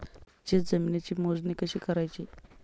शेत जमिनीची मोजणी कशी करायची?